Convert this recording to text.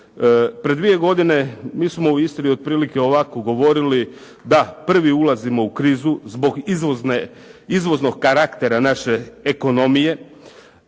Prije dvije godine mi smo u Istri otprilike ovako govorili, da prvi ulazimo u krizu zbog izvoznog karaktera naše ekonomije,